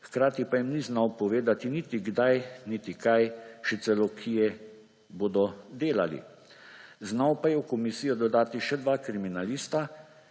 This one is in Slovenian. hkrati pa jim ni znal povedati niti kdaj niti kaj, še celo kje bodo delali. Znal pa je v komisijo dodati še dva kriminalista,